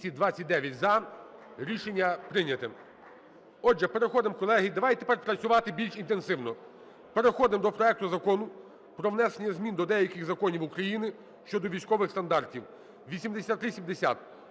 Рішення прийняте. Отже, переходимо, колеги, давайте тепер працювати більш інтенсивно, переходимо до проекту Закону про внесення змін до деяких законів України щодо військових стандартів (8370).